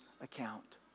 account